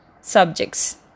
subjects